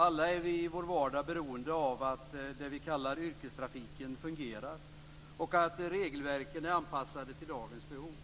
Alla är vi i vår vardag beroende av att det vi kallar yrkestrafiken fungerar och av att regelverken är anpassade till dagens behov.